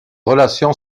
relation